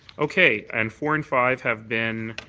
okay. and four and five have been